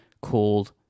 called